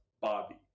Bobby